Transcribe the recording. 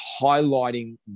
highlighting